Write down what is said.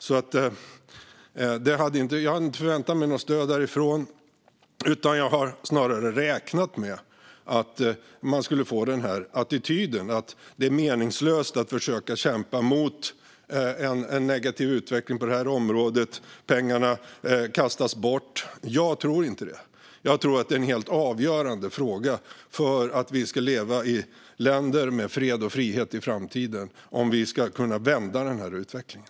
Jag hade inte förväntat mig något stöd därifrån, utan jag räknade snarare med att jag skulle mötas av attityden att det är meningslöst att försöka kämpa mot en negativ utveckling på det här området och att pengarna kastas bort. Jag tror inte det. Jag tror att det är helt avgörande att vi kan vända den här utvecklingen för att vi ska kunna leva i länder med fred och frihet i framtiden.